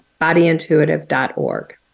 bodyintuitive.org